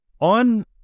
on